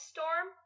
Storm